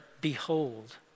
behold